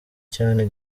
cyane